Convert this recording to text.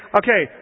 okay